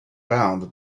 bound